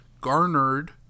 garnered